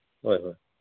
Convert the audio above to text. ꯍꯣꯏ